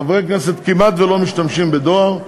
חברי כנסת כמעט שלא משתמשים בדואר,